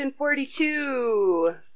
142